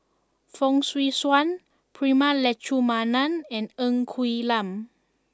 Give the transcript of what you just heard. Fong Swee Suan Prema Letchumanan and Ng Quee Lam